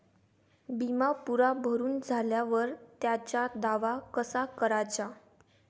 बिमा पुरा भरून झाल्यावर त्याचा दावा कसा कराचा?